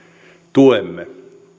tuemme